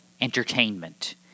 entertainment